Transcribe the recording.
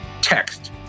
text